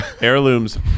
Heirlooms